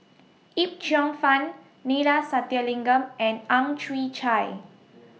Yip Cheong Fun Neila Sathyalingam and Ang Chwee Chai